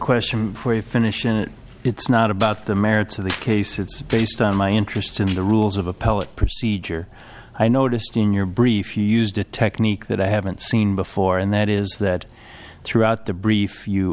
question before you finish and it's not about the merits of the case it's based on my interest in the rules of appellate procedure i noticed in your brief you used a technique that i haven't seen before and that is that throughout the brief you